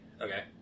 Okay